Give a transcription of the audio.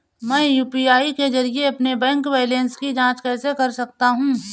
मैं यू.पी.आई के जरिए अपने बैंक बैलेंस की जाँच कैसे कर सकता हूँ?